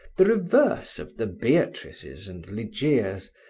the reverse of the beatrices and legeias,